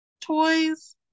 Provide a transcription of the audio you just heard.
toys